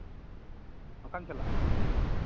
ᱚᱠᱟ ᱪᱟᱞᱟᱜᱼᱟ